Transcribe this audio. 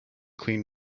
clean